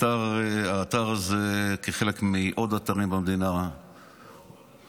האתר הזה כחלק מעוד אתרים במדינה הותקף